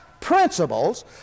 principles